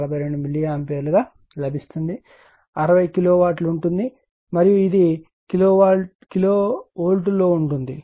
42 milliampere గా లభిస్తుంది 60 కిలోవాట్లో ఉంటుంది మరియు ఇది కిలోవోల్ట్లో ఉంటుంది